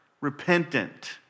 repentant